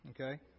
okay